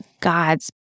God's